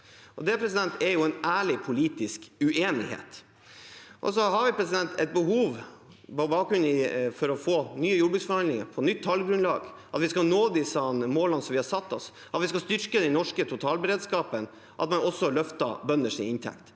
helt imot. Det er en ærlig politisk uenighet. Så har vi et behov for å få nye jordbruksforhandlinger og nytt tallgrunnlag – at vi skal nå de målene vi har satt oss, at vi skal styrke den norske totalberedskapen, at man også løfter bøndenes inntekt.